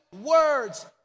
words